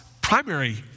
primary